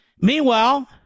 Meanwhile